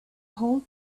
whole